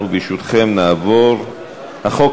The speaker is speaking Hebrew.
אנחנו נעבור להצבעה על החוק